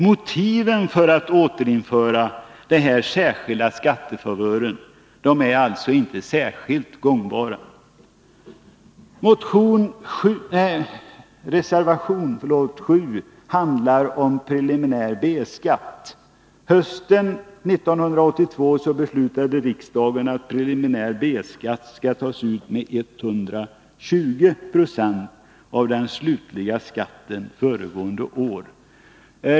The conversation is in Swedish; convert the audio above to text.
Motiven för att återinföra den här särskilda skattefavören är alltså inte särskilt gångbara. Reservation 7 handlar om preliminär B-skatt. Hösten 1982 beslutade riksdagen att preliminär B-skatt skall tas ut med 120 96 av den slutliga skatten föregående inkomstår.